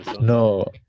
No